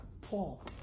Paul